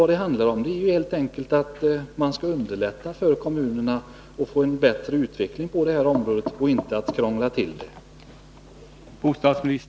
Det handlar helt enkelt om att underlätta för kommunerna att få en bättre utveckling på det här området och inte att krångla till det.